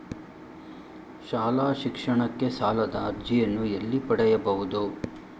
ಶಾಲಾ ಶಿಕ್ಷಣಕ್ಕೆ ಸಾಲದ ಅರ್ಜಿಯನ್ನು ಎಲ್ಲಿ ಪಡೆಯಬಹುದು?